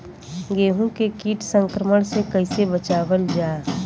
गेहूँ के कीट संक्रमण से कइसे बचावल जा?